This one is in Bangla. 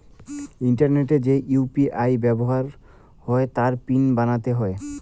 ইন্টারনেটে যে ইউ.পি.আই ব্যাবহার হই তার পিন বানাতে হই